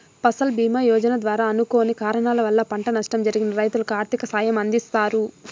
ఫసల్ భీమ యోజన ద్వారా అనుకోని కారణాల వల్ల పంట నష్టం జరిగిన రైతులకు ఆర్థిక సాయం అందిస్తారు